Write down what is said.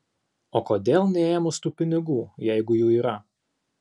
o kodėl neėmus tų pinigų jeigu jų yra